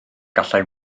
gallai